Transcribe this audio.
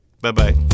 Bye-bye